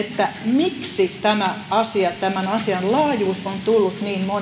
miksi tämän asian laajuus on tullut niin monille yllätyksenä miksi niin moni